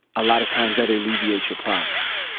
a lot of times that alleviates your problems.